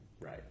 right